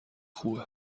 خوبه